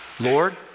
Lord